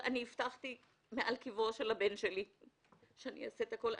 הבטחתי מעל קברו של הבן שלי שאעשה את הכול.